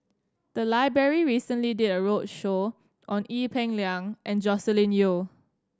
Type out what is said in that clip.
the library recently did a roadshow on Ee Peng Liang and Joscelin Yeo